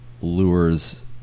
lures